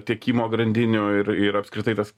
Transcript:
tiekimo grandinių ir ir apskritai tas